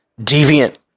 deviant